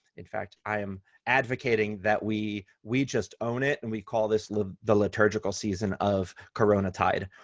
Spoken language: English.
in fact, i am advocating that we we just own it and we call this the the liturgical season of corona tide.